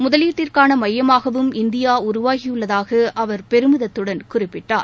முதலீட்டிற்கான மையமாகவும் இந்தியா உருவாகியுள்ளதாக அவர் பெருமிதத்துடன் குறிப்பிட்டார்